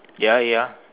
ya ya